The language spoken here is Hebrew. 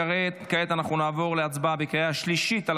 כעת אנחנו נעבור להצבעה בקריאה השלישית על